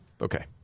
Okay